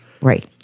Right